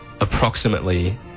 Approximately